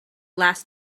last